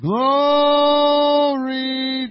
Glory